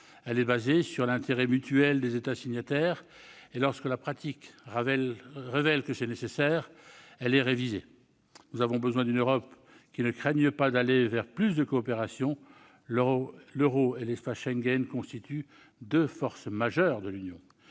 Elle est fondée sur l'intérêt mutuel des États signataires et, lorsque la pratique révèle que c'est nécessaire, elle est révisée. Nous avons besoin d'une Europe qui ne craigne pas d'aller vers plus de coopération. L'euro et l'espace Schengen constituent deux forces majeures de l'Union.